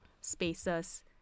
spaces